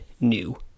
New